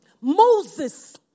Moses